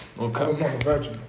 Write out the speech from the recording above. Okay